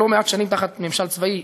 לא מעט שנים תחת ממשל צבאי,